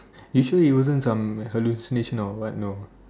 you sure it wasn't some hallucination or what no